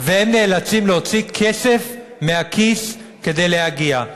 הם נאלצים להוציא כסף מהכיס כדי להגיע.